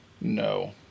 No